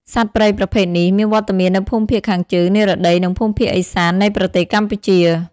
សត្វព្រៃប្រភេទនេះ មានវត្តមាននៅភូមិភាគខាងជើង និរតី និងភូមិភាគឦសាន នៃប្រទេសកម្ពុជា។